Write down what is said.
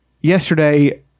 yesterday